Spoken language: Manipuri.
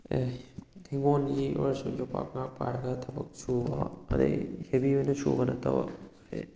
ꯑꯦ ꯍꯤꯡꯒꯣꯜꯒꯤ ꯑꯣꯏꯔꯁꯨ ꯌꯣꯠꯄꯥꯛꯅ ꯄꯥꯏꯔꯒ ꯊꯕꯛ ꯁꯨꯕ ꯑꯗꯨꯗꯩ ꯍꯦꯚꯤ ꯑꯣꯏꯅ ꯁꯨꯕ ꯅꯠꯇꯕ ꯑꯦ